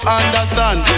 understand